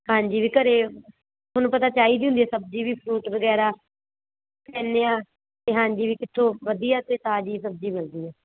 ਹਾਂਜੀ ਵੀ ਘਰ ਤੁਹਾਨੂੰ ਪਤਾ ਚਾਹੀਦੀ ਹੁੰਦੀ ਹੈ ਸਬਜ਼ੀ ਵੀ ਫਰੂਟ ਵਗੈਰਾ ਲੈਂਦੇ ਹਾਂ ਹਾਂਜੀ ਵੀ ਕਿੱਥੋਂ ਵਧੀਆ ਅਤੇ ਤਾਜ਼ੀ ਸਬਜ਼ੀ ਮਿਲਦੀ ਹੈ